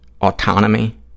autonomy